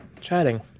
chatting